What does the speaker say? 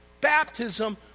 baptism